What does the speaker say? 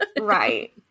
Right